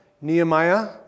Nehemiah